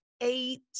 eight